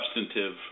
substantive